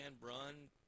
run